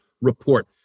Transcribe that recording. report